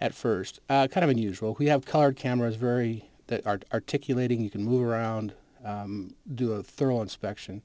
at first kind of unusual we have card cameras very that are articulating you can move around do a thorough inspection